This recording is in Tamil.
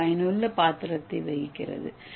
இது ஒரு பயனுள்ள பாத்திரத்தை வகிக்கிறது